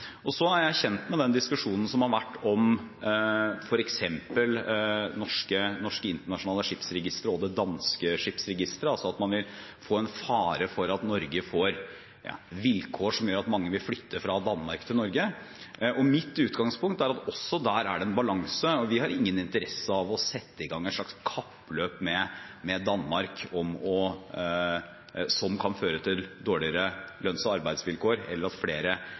er kjent med den diskusjonen som har vært om f.eks. Norsk internasjonalt skipsregister og det danske skipsregisteret, altså at det vil være en fare for at Norge får vilkår som gjør at mange vil flytte fra Danmark til Norge. Mitt utgangspunkt er at også der er det en balanse. Vi har ingen interesse av å sette i gang et slags kappløp med Danmark som kan føre til dårligere lønns- og arbeidsvilkår, eller at flere